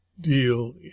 deal